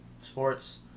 sports